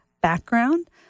background